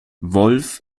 wolf